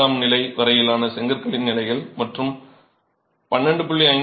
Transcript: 5 ஆம் நிலை வரையிலான செங்கற்களின் நிலைகள் மற்றும் 12